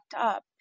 up